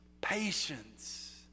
patience